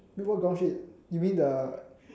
put more ground sheet you mean the